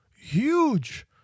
huge